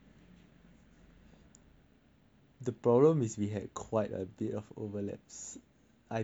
the problem is that we had quite a bit of overlaps I think